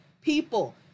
people